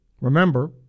remember